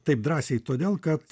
taip drąsiai todėl kad